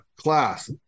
class